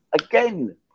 again